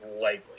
likely